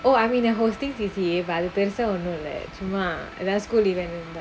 oh I mean they're hosting C_C_A but அது பெருசா ஒண்ணும் இல்ல சும்மா எதா:athu perusaa onnum illa summa ethaa school event